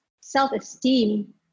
self-esteem